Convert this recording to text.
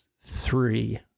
three